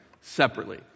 separately